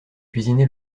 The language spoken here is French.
cuisiné